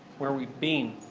where we've been.